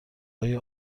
های